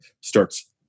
starts